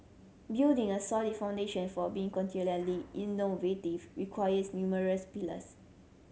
building a solid foundation for being continually innovative requires numerous pillars